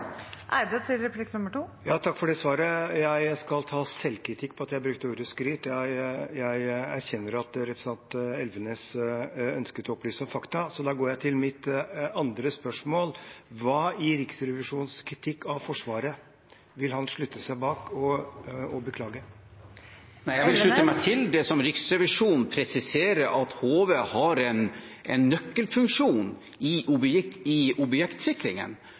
Takk for svaret. Jeg skal ta selvkritikk på at jeg brukte ordet «skryt». Jeg erkjenner at representanten Elvenes ønsket å opplyse om fakta. Da går jeg til mitt andre spørsmål: Hva i Riksrevisjonens kritikk av Forsvaret vil han slutte seg til og beklage? Jeg vil slutte meg til det som Riksrevisjonen presiserer, at HV har en nøkkelfunksjon i